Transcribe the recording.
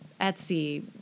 Etsy